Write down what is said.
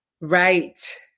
Right